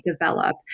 develop